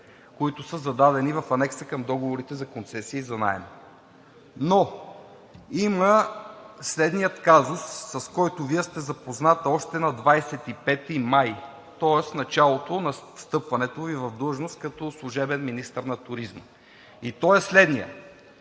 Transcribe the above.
които са зададени в анекса към договорите за концесии и за наем. Но има следния казус, с който Вие сте запозната още на 25 май, тоест в началото на встъпването Ви в длъжност като служебен министър на туризма, и той е следният.